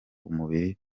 umubiri